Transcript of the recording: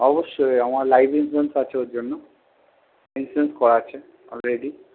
অবশ্যই আমার life insurance আছে ওই জন্য ইন্সিওরেন্স করা আছে অলরেডি